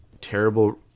terrible